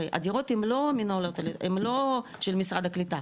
הרי הדירות הן לא של משרד הקליטה,